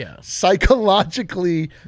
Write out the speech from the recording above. psychologically